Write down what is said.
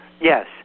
yes